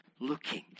looking